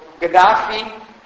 Gaddafi